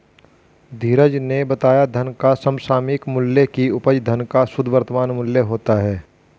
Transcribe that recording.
धीरज ने बताया धन का समसामयिक मूल्य की उपज धन का शुद्ध वर्तमान मूल्य होता है